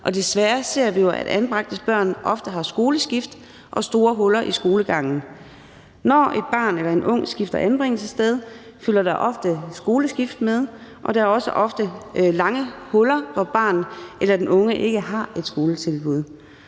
desværre ser vi, at anbragte børn ofte har skoleskift og lange perioder uden skolegang. Når et barn eller en ung skifter anbringelsessted, følger der ofte skoleskift med, og der er også ofte lange perioder, hvor barnet eller den unge ikke har et skoletilbud.